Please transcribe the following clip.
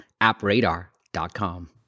appradar.com